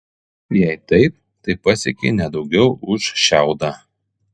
jei taip tai pasiekei ne daugiau už šiaudą